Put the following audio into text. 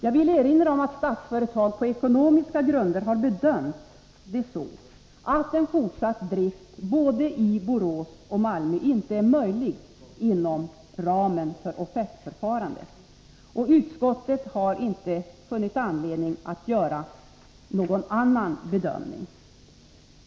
Jag vill erinra om att Statsföretag på ekonomiska grunder har bedömt att en fortsatt drift i både Borås och Malmö inte är möjlig inom ramen för offertförfarandet, och utskottet har inte funnit anledning att göra någon annan bedömning.